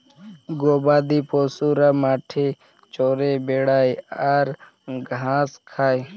গবাদি পশুরা মাঠে চরে বেড়ায় আর ঘাঁস খায়